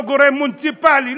לא גורם מוניציפלי,